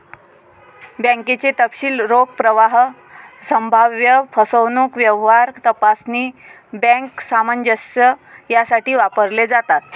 बँकेचे तपशील रोख प्रवाह, संभाव्य फसवणूक, व्यवहार तपासणी, बँक सामंजस्य यासाठी वापरले जातात